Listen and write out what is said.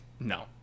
No